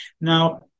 Now